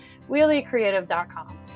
WheelieCreative.com